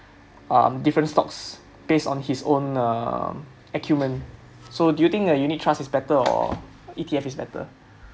uh different stocks based on his own uh acumen so do you think unit trust is better or E_T_F is better